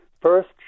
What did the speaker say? first